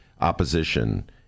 opposition